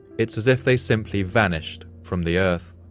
it's as if they simply vanished from the earth.